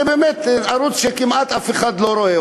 זה באמת ערוץ שכמעט אף אחד לא רואה,